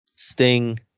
Sting